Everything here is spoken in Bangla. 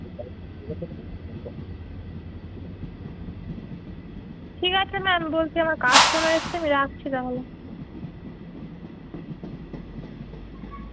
ঠিক আছে ম্যাম বলছি আমার কাস্টোমার এসছে আমি রাখছি তাহলে